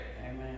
Amen